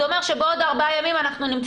זה אומר שבעוד ארבעה ימים אנחנו נמצא